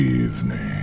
evening